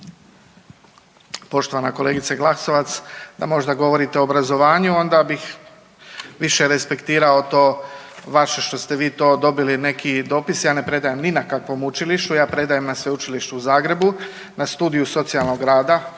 Poštovana kolegice Glasovac, da možda govorite o obrazovanju onda bih više respektirao to vaše što ste vi to dobili neki dopis. Ja ne predajem ni na kakvom učilištu, ja predajem na Sveučilištu u Zagrebu na Studiju socijalnog rada,